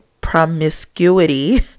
promiscuity